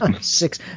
Six